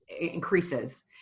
increases